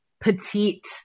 petite